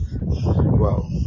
Wow